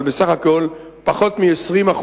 אבל בסך הכול פחות מ-20%.